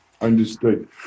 understood